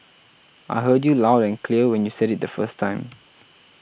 I heard you loud and clear when you said it the first time